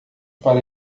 para